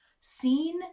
seen